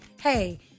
hey